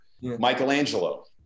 Michelangelo